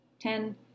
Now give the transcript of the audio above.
Ten